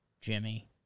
Jimmy